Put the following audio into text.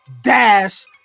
dash